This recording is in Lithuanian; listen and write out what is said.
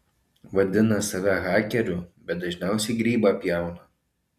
vadina save hakeriu bet dažniausiai grybą pjauna